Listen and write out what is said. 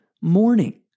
morning